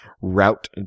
route